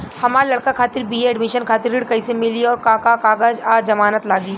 हमार लइका खातिर बी.ए एडमिशन खातिर ऋण कइसे मिली और का का कागज आ जमानत लागी?